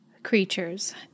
creatures